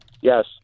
Yes